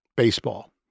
Baseball